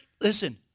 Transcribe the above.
Listen